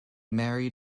married